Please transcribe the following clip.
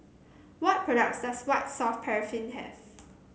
what products does White Soft Paraffin have